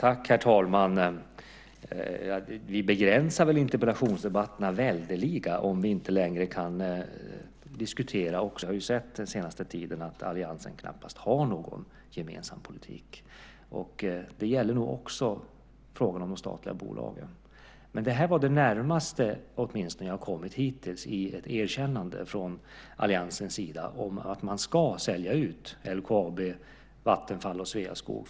Herr talman! Vi begränsar väl interpellationsdebatterna väldeliga om vi inte längre kan diskutera också alliansens politik. Men jag förstår Carl B Hamilton; vi har ju sett under den senaste tiden att alliansen knappast har någon gemensam politik. Det gäller nog också frågan om de statliga bolagen. Men det här var åtminstone det närmaste som jag hittills har kommit ett erkännande från alliansens sida om att man ska sälja ut LKAB, Vattenfall och Sveaskog.